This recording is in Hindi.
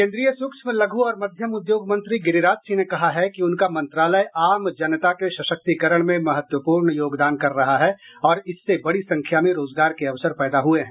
केन्द्रीय सूक्ष्म लघू और मध्यम उद्योग मंत्री गिरिराज सिंह ने कहा है कि उनका मंत्रालय आम जनता के सशक्तीकरण में महत्वपूर्ण योगदान कर रहा है और इससे बड़ी संख्या में रोजगार के अवसर पैदा हुए हैं